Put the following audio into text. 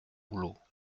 boulot